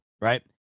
right